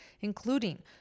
including